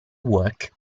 work